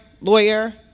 lawyer